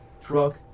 truck